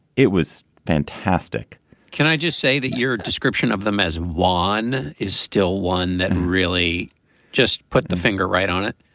it was fantastic can i just say that your description of them as one is still one that really just put the finger right on it?